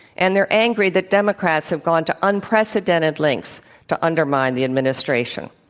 and they're angry that democrats have gone to unprecedented lengths to undermine the administration.